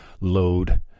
load